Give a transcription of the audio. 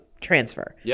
transfer